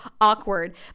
awkward